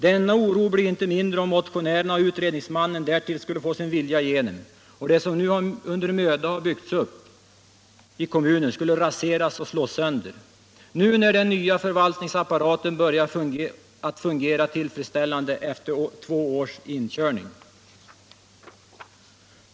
Denna oro blir inte mindre, om motionärerna och utredningsmannen därtill skulle få sin vilja igenom och det som nu under möda har byggts upp i kommunen skulle raseras och slås sönder, nu när den nya förvaltningsapparaten börjar att fungera tillfredsställande efter två års inkörning.